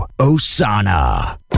Osana